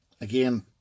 again